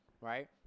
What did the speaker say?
right